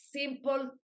simple